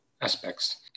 aspects